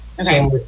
okay